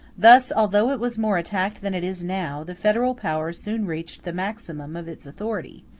thus, although it was more attacked than it is now, the federal power soon reached the maximum of its authority,